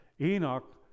Enoch